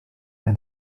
and